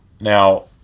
Now